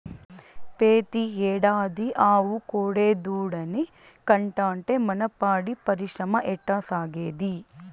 పెతీ ఏడాది ఆవు కోడెదూడనే కంటాంటే మన పాడి పరిశ్రమ ఎట్టాసాగేది